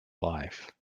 life